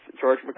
George